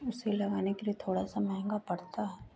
उसे लगाने के लिए थोड़ा सा महंगा पड़ता है